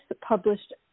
published